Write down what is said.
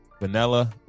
vanilla